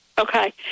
Okay